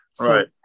Right